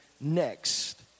next